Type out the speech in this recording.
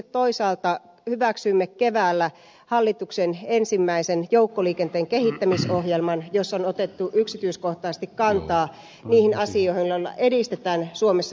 toisaalta hyväksyimme keväällä hallituksen ensimmäisen joukkoliikenteen kehittämisohjelman jossa on otettu yksityiskohtaisesti kantaa niihin asioihin joilla edistetään suomessa joukkoliikennettä